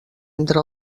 entre